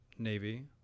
navy